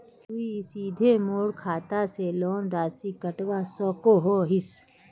तुई सीधे मोर खाता से लोन राशि कटवा सकोहो हिस?